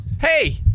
Hey